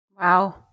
wow